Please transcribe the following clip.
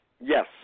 Yes